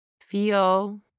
feel